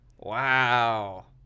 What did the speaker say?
Wow